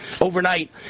overnight